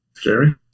Jerry